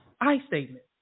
I-statement